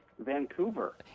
Vancouver